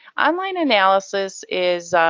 online analysis is,